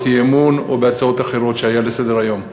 אי-אמון או בהצעות אחרות לסדר-היום.